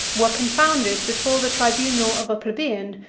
were confounded before the tribunal of a plebeian,